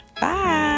bye